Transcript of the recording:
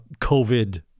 COVID